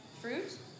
fruit